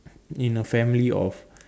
in a family of